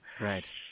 Right